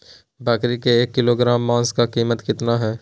बकरी के एक किलोग्राम मांस का कीमत कितना है?